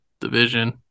division